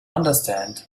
understand